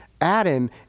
Adam